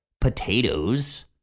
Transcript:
Potatoes